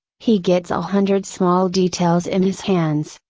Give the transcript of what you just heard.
he gets a hundred small details in his hands,